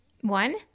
One